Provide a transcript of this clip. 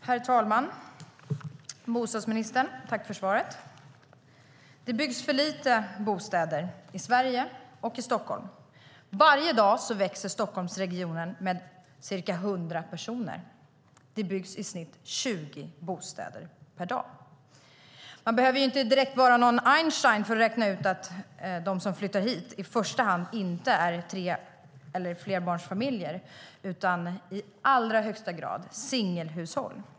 Herr talman! Jag tackar bostadsministern för svaret. Det byggs för lite bostäder i Sverige och i Stockholm. Varje dag växer Stockholmsregionen med ca 100 personer, men det byggs i snitt bara 20 bostäder per dag. Man behöver inte direkt vara någon Einstein för att räkna ut att de som flyttar hit inte i första hand är familjer med tre eller fler barn utan i allra högsta grad lever i singelhushåll.